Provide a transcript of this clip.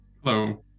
Hello